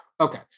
okay